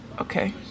Okay